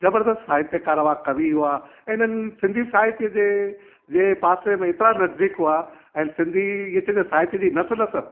जबरदस्तु साहित्यकार कवि हुआ ऐं हिननि सिंधी साहित्य जे जे पासे में एतिरा नज़दीक हुआ ऐं सिंधी ईअ चीज़ साहित्य जी नस नस